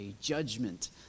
judgment